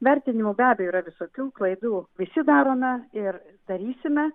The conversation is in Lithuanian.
vertinimų be abejo yra visokių klaidų visi darome ir darysime